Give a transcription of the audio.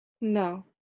No